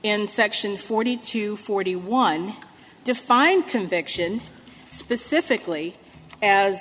in section forty two forty one define conviction specifically as